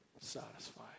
satisfy